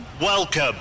welcome